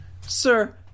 sir